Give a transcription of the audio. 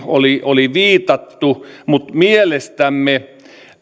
oli oli viitattu mutta mielestämme